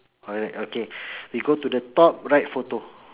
alright okay we go to the top right photo